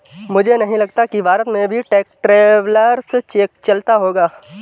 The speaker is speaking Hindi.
मुझे नहीं लगता कि भारत में भी ट्रैवलर्स चेक चलता होगा